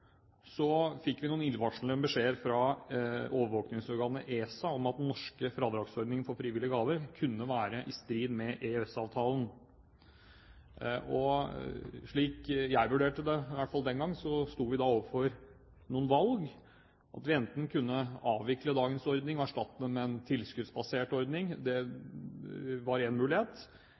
fikk vi noen illevarslende beskjeder fra overvåkningsorganet ESA om at den norske fradragsordningen for frivillige gaver kunne være i strid med EØS-avtalen. Slik jeg vurderte det, iallfall den gang, sto vi da overfor noen valg. Enten kunne vi avvikle dagens ordning og erstatte den med en tilskuddsbasert ordning, det var én mulighet,